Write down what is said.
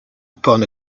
upon